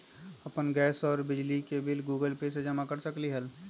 अपन गैस और बिजली के बिल गूगल पे से जमा कर सकलीहल?